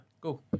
Go